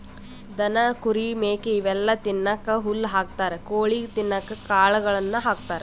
ದನ ಕುರಿ ಮೇಕೆ ಇವೆಲ್ಲಾ ತಿನ್ನಕ್ಕ್ ಹುಲ್ಲ್ ಹಾಕ್ತಾರ್ ಕೊಳಿಗ್ ತಿನ್ನಕ್ಕ್ ಕಾಳುಗಳನ್ನ ಹಾಕ್ತಾರ